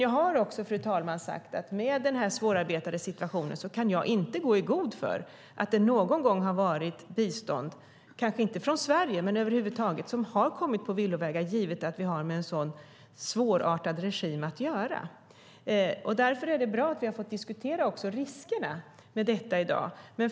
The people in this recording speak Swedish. Jag har, fru talman, sagt att med den svårarbetade situationen kan jag inte gå i god för att inte bistånd, kanske inte från Sverige men över huvud taget, någon gång kommit på villovägar givet att vi har med en sådan svårartad regim att göra. Därför är det bra att vi i dag kunnat diskutera riskerna med detta.